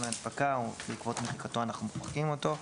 הנפקה ובעקבות מחיקתו אנחנו מוחקים את אלה.